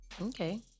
Okay